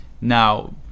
Now